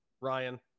Ryan